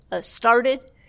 started